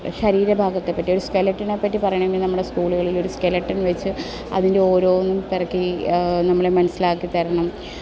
ശരീരഭാഗത്തെെ പറ്റി ഒരു സ്കെലിറ്റനെപ്പറ്റി പറയണമെങ്കിൽ നമ്മുടെ സ്കൂളുകളിൽ ഒരു സ്കെലിറ്റൻ വെച്ച് അതിൻ്റെ ഓരോന്നും പെറുക്കി നമ്മൾ മനസ്സിലാക്കി തരണം